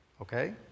Okay